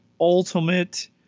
ultimate